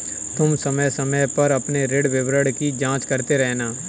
तुम समय समय पर अपने ऋण विवरण की जांच करते रहना